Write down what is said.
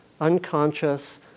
unconscious